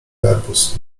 garbus